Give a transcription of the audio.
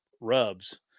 rubs